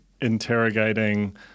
interrogating